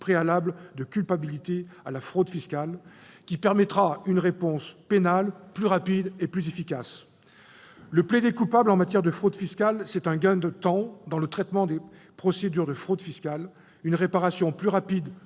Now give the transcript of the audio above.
préalable de culpabilité à la fraude fiscale, qui permettra une réponse pénale plus rapide et plus efficace. Le plaider-coupable en matière de fraude fiscale, c'est un gain de temps dans le traitement des procédures de fraude fiscale, une réparation plus rapide